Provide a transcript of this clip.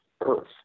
earth